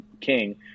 King